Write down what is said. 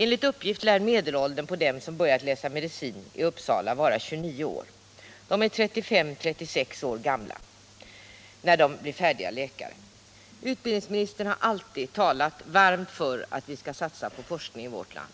Enligt uppgift är medelåldern på dem som börjat läsa medicin i Uppsala 29 år. De är 35 å 36 år när de blir färdiga läkare. Utbildningsministern har alltid talat varmt för att vi skall satsa på forskning i vårt land.